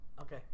Okay